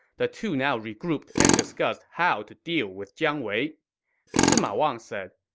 the two now regrouped and discussed how to deal with jiang wei sima wang said,